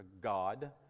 god